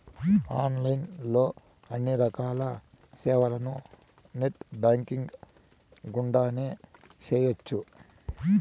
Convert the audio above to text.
online లో అన్ని రకాల సేవలను నెట్ బ్యాంకింగ్ గుండానే చేయ్యొచ్చు